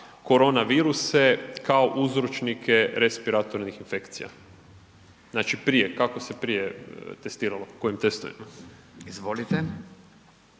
koronaviruse kao uzročnike respiratornih infekcija? Znači, prije, kako se prije testiralo, kojim testovima? **Radin,